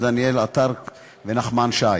דניאל עטר ונחמן שי.